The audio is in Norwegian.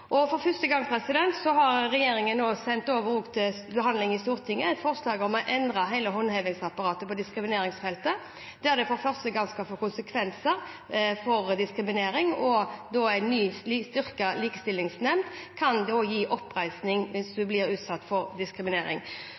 Og for første gang har regjeringen sendt over til behandling i Stortinget et forslag om å endre hele håndhevingsapparatet på diskrimineringsfeltet, der det for første gang skal få konsekvenser å diskriminere, og en ny, styrket likestillingsnemnd kan gi oppreisning hvis man blir utsatt for diskriminering.